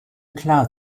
klar